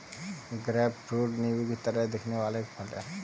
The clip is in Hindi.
ग्रेपफ्रूट नींबू की तरह दिखने वाला एक फल है